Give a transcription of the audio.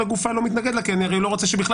שלגופה אני לא מתנגד לה כי אני הרי לא רוצה שבכלל